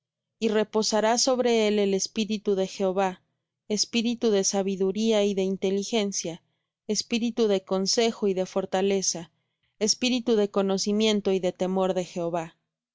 y reposará sobre él el espíritu de jehová espíritu de sabiduría y de inteligencia espíritu de consejo y de fortaleza espíritu de conocimiento y de temor de jehová